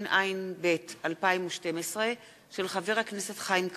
התשע"ב 2012, של חבר הכנסת חיים כץ,